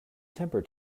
temper